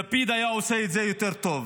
שלפיד היה עושה את זה יותר טוב,